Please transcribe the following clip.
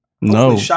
No